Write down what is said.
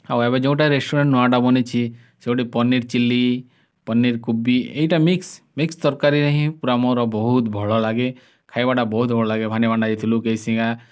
ଆଉ ଏବେ ଯୋଉଁଟା ରେଷ୍ଟୁରାଣ୍ଟ ନୁଆଟା ବନିଛି ସେଇଠି ପନିର ଚିଲ୍ଲି ପନିର କୋବି ଏଇଟା ମିକ୍ସ ମିକ୍ସ ତରକାରିରେ ହିଁ ପୁରା ମୋର ବହୁତ ଭଲ ଲାଗେ ଖାଇବାଟା ବହୁତ ଭଲ ଲାଗେ ଭାବନୀପାଟନା ଯାଇଥିଲୁ କେସିଙ୍ଗା